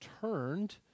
turned